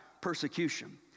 persecution